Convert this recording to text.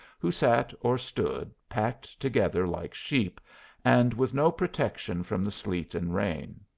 who sat or stood, packed together like sheep and with no protection from the sleet and rain.